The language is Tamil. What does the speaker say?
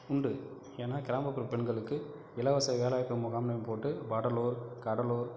உண்டு ஏனால் கிராமப்புற பெண்களுக்கு இலவச வேலைவாய்ப்பு முகாம்னு போட்டு வடலூர் கடலூர்